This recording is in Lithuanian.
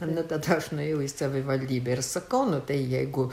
nu tada aš nuėjau į savivaldybę ir sakau nu tai jeigu